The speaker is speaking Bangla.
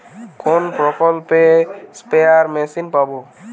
কোন প্রকল্পে স্পেয়ার মেশিন পাব?